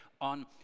on